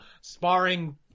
sparring